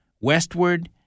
westward